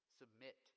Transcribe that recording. submit